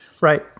Right